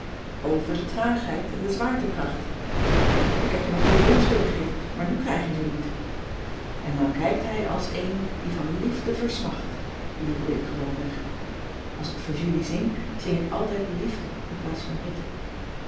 over de traagheid en de zwaartekracht ik had je nog bonbons willen geven maar nu krijg je ze niet en dan kijkt hij als een die van liefde versmacht jubelde ik gewoonweg als ik t voor julie zing zing ik altijd liefde in plaats van hitte